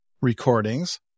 recordings